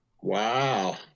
Wow